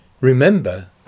Remember